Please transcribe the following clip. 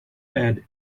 had